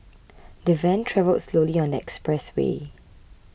the van travelled slowly on the expressway